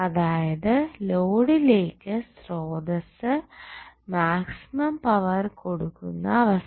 അതായത് ലോഡിലേക്ക് സ്രോതസ്സ് മാക്സിമം പവർ കൊടുക്കുന്ന അവസ്ഥ